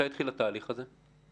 מתי התחיל התהליך הזה?